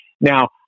Now